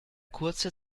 kurze